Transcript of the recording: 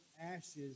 ashes